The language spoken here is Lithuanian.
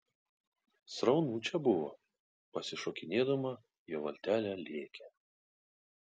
sraunu čia buvo pasišokinėdama jo valtelė lėkė